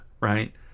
right